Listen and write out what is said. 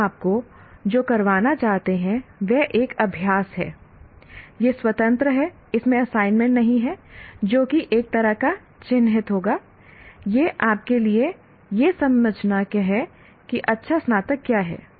अब हम आपको जो करवाना चाहते हैं वह एक अभ्यास है यह स्वतंत्र है इसमें असाइनमेंट नहीं है जो कि एक तरह का चिह्नित होगा यह आपके लिए यह समझना है कि अच्छा स्नातक क्या है